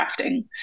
crafting